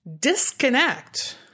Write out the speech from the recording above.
disconnect